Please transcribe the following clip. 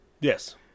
Yes